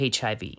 HIV